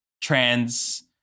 trans